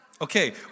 Okay